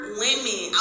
women